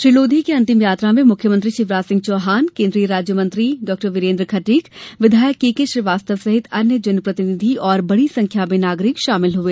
श्री लोधी की अंतिम यात्रा में मुख्यमंत्री शिवराज सिंह चौहान केन्द्रीय राज्य मंत्री वीरेन्द्र खटीक विधायक केकेश्रीवास्तव सहित अन्य जनप्रतिनिधि और बड़ी संख्या में नागरिक शामिल हुए